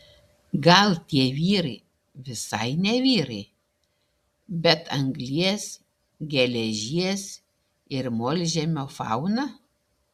gal tie vyrai visai ne vyrai bet anglies geležies ir molžemio fauna